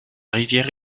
rivière